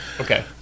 Okay